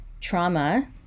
trauma